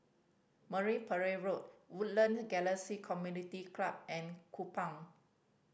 Marine Parade Road Woodland Galaxy Community Club and Kupang